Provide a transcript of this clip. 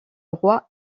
roi